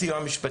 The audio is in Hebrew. הסיוע המשפטי.